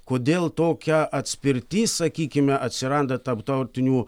kodėl tokia atspirtis sakykime atsiranda tarp tautinių